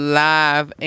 live